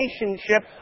relationship